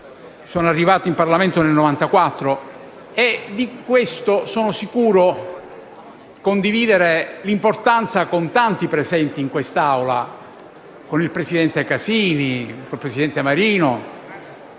sono arrivato in Parlamento nel 1994. Sono sicuro di condividere l'importanza di ciò con tanti presenti in quest'Assemblea, con il presidente Casini, con il presidente Marino,